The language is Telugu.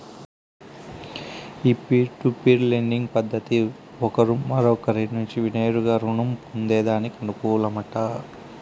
ఈ పీర్ టు పీర్ లెండింగ్ పద్దతి ఒకరు మరొకరి నుంచి నేరుగా రుణం పొందేదానికి అనుకూలమట